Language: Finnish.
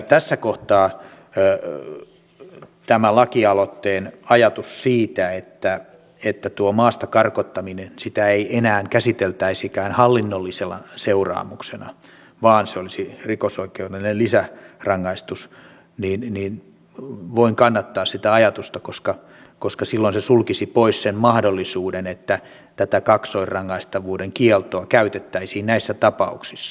tässä kohtaa tätä lakialoitteen ajatusta siitä että tuota maasta karkottamista ei enää käsiteltäisikään hallinnollisena seuraamuksena vaan se olisi rikosoikeudellinen lisärangaistus voin kannattaa koska silloin se sulkisi pois sen mahdollisuuden että tätä kaksoisrangaistavuuden kieltoa käytettäisiin näissä tapauksissa